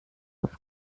auf